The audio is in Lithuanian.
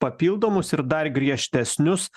papildomus ir dar griežtesnius